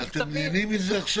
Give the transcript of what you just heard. אני חושב שיגידו לו את זה.